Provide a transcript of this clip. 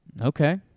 okay